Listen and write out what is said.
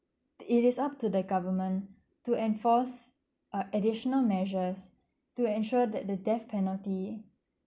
it is up to the government to enforce uh additional measures to ensure that the death penalty